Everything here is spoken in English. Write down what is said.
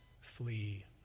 flee